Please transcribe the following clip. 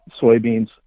soybeans